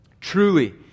Truly